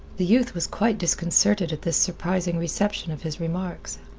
the youth was quite disconcerted at this surprising reception of his remarks.